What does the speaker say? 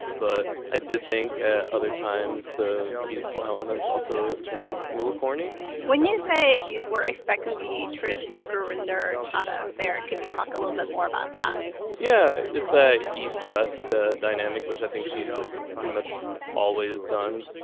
but i did think ah other times the musical elements also turned a little corny when you say you were expecting the traditional grander chadha fare can you talk a little bit more about that yeah it's the east-west ah dynamic which i think she's pretty much always done.